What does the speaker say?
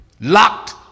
locked